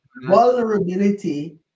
vulnerability